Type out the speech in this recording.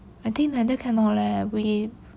I think like that cannot leh we